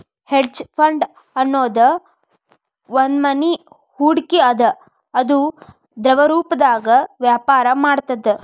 hedge fund ಅನ್ನೊದ್ ಒಂದ್ನಮನಿ ಹೂಡ್ಕಿ ಅದ ಅದು ದ್ರವರೂಪ್ದಾಗ ವ್ಯಾಪರ ಮಾಡ್ತದ